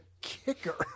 kicker